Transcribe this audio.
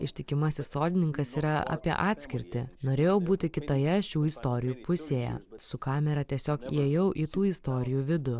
ištikimasis sodininkas yra apie atskirtį norėjau būti kitoje šių istorijų pusėje su kamera tiesiog įėjau į tų istorijų vidų